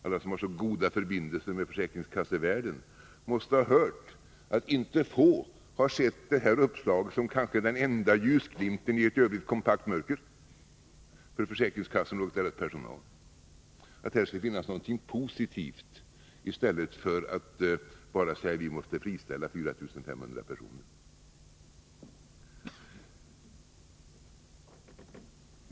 Alla som har mycket goda förbindelser med försäkringskassevärlden måste ha hört att inte så få har sett det här uppslaget — som kanske är den enda ljusglimten i ett i övrigt kompakt mörker för försäkringskassorna och deras personal — som något positivt. Alternativet är ju att bara säga att 4 500 människor måste friställas.